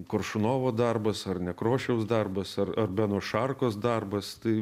koršunovo darbas ar nekrošiaus darbas ar ar beno šarkos darbas tai